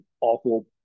awful